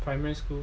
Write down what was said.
primary school